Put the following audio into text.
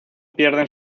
pierden